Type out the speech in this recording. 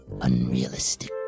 unrealistic